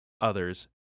others